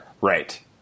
right